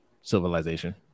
civilization